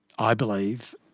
i believe,